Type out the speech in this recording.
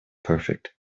perfect